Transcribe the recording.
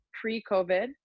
pre-COVID